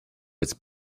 its